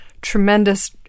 tremendous